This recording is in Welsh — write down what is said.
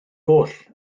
goll